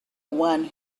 one